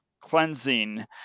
cleansing